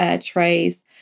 trays